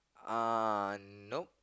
uh no